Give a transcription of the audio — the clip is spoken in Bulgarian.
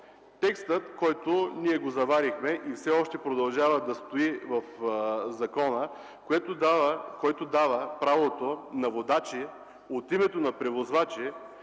текстът, който заварихме и все още продължава да стои в закона, който дава правото на водачи от името на превозвачи